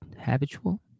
habitual